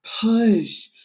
push